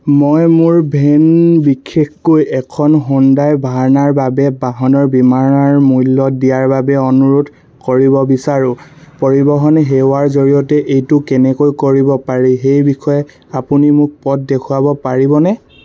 মই মোৰ ভেন বিশেষকৈ এখন হুণ্ডাই ভাৰ্নাৰ বাবে বাহনৰ বীমাৰ মূল্য দিয়াৰ বাবে অনুৰোধ কৰিব বিচাৰোঁ পৰিবহণ সেৱাৰ জৰিয়তে এইটো কেনেকৈ কৰিব পাৰি সেই বিষয়ে আপুনি মোক পথ দেখুৱাব পাৰিবনে